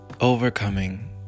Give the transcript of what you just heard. overcoming